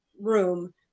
room